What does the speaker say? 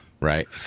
right